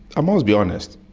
um um be honest,